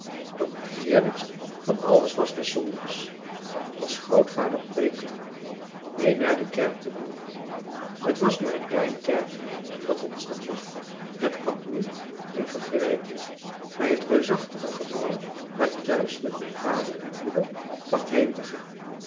doch het heerlijkste van alles was des zondags als grootvader preekte mee naar de kerk te mogen t was maar een klein kerkje dat ons dan wachtte het kwam niet in vergelijking bij het reusachtig gebouw waar ik thuis met mijn vader en moeder placht heen te gaan